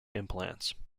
implants